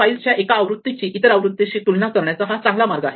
फाइलच्या एका आवृत्तीची इतर आवृत्तीशी तुलना करण्याचा हा चांगला मार्ग आहे